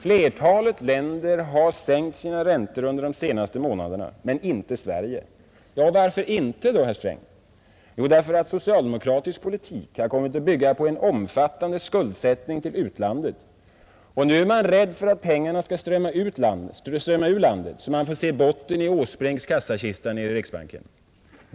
Flertalet länder har sänkt sina räntor under de senaste månaderna men inte Sverige. Varför inte det, herr Sträng? Därför att socialdemokratisk politik har kommit att bygga på en omfattande skuldsättning till utlandet. Och nu är man rädd för att pengarna skall strömma ur landet, så att man får se botten i herr Åsbrinks kassakista nere i riksbanken.